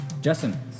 Justin